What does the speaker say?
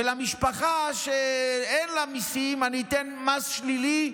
ולמשפחה שאין לה מיסים: אני אתן מס שלילי,